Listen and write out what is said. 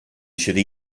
should